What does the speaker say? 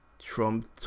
Trump